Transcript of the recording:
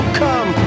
come